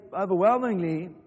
overwhelmingly